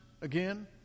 again